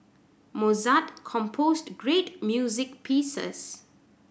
mozart composed great music pieces